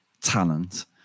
talent